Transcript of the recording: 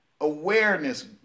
Awareness